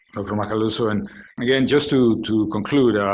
dr. macaluso. and again, just to to conclude,